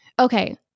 Okay